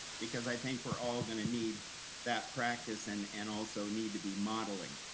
because i think we're all gonna need that practice and and also need to be modeling.